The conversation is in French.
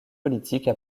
politiques